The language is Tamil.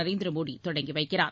நரேந்திர மோடி தொடங்கி வைக்கிறார்